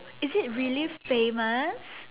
is it really famous